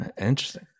Interesting